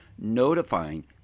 notifying